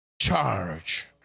charge